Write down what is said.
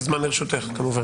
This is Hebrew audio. הזמן לרשותך כמובן.